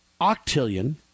octillion